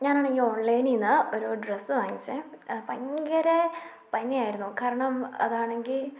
ഞാനാണെങ്കിൽ ഓൺലൈനിൽനിന്ന് ഒരു ഡ്രസ്സ് വാങ്ങിച്ചേ ഭയങ്കര പഞ്ഞിയായിരുന്നു കാരണം അതാണെങ്കിൽ